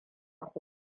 fi